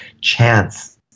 chance